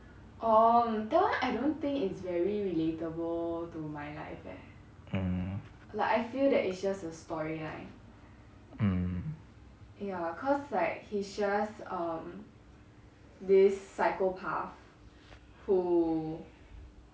mm